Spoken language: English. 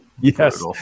Yes